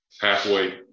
Halfway